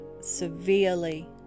severely